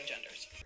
genders